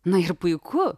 na ir puiku